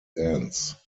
dance